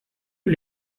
que